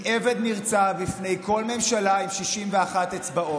היא עבד נרצע בפני כל ממשלה עם 61 אצבעות.